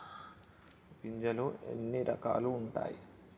గింజలు ఎన్ని రకాలు ఉంటాయి?